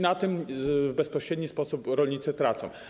Na tym w bezpośredni sposób rolnicy tracą.